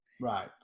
Right